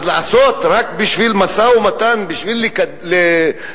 אז לעשות רק בשביל משא-ומתן, בשביל לדבר?